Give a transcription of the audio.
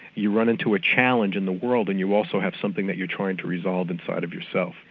you run into a challenge in the world and you also have something that you're trying to resolve inside of yourself.